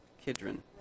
Kidron